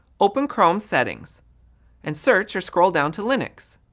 open chrome settings and search or scroll down to linux.